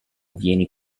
vieni